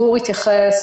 גור וגלעד התייחסו